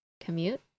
commute